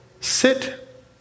Sit